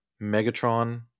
Megatron